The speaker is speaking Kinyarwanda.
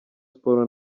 sports